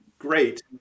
Great